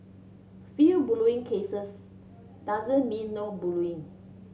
few bullying cases doesn't mean no bullying